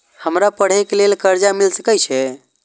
हमरा पढ़े के लेल कर्जा मिल सके छे?